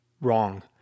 wrong